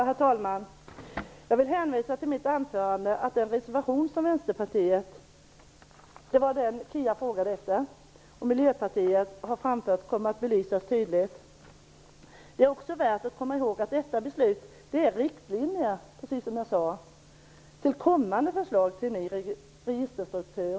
Herr talman! Jag vill hänvisa till mitt anförande. Jag uppfattar det som att Kia Andreasson frågar om reservationen från Vänsterpartiet och Miljöpartiet. De frågorna kommer att belysas tydligt. Det är också värt att komma i håg att detta beslut innebär riktlinjer, precis som jag sade, för kommande förslag till ny registerstruktur.